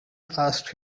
asked